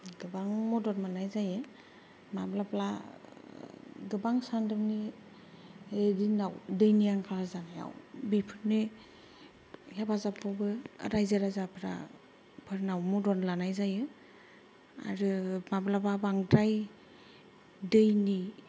गोबां मदद मोननाय जायो माब्लाबा गोबां सानदुंनि दिनाव दैनि आंखाल जानायाव बेफोरनि हेफाजाबावबो राइजो राजाफ्रा फोरनाव मदद लानाय जायो आरो माब्लाबा बांद्राय दैनि